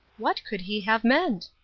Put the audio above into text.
what could he have meant?